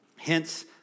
Hence